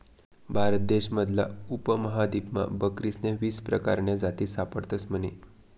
भारत देश मधला उपमहादीपमा बकरीस्न्या वीस परकारन्या जाती सापडतस म्हने